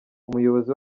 umuyobozi